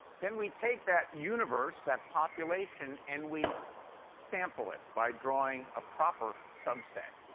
then we take that universe, that population, and we sample it by drawing a proper subset.